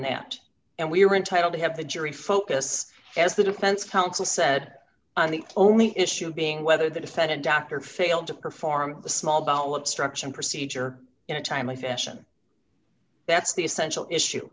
apt and we were entitled to have the jury focus as the defense counsel said and the only issue being whether the defendant dr failed to perform a small bowel obstruction procedure in a timely fashion that's the essential issue